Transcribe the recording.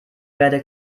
werde